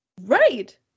Right